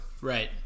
right